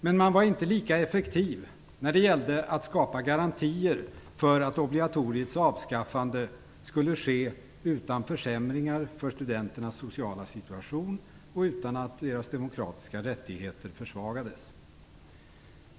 Men man var inte lika effektiv när det gällde att skapa garantier för att obligatoriets avskaffande skulle ske utan försämringar för studenternas sociala situation och utan att deras demokratiska rättigheter försvagades.